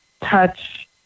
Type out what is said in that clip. touch